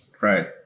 Right